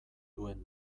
duen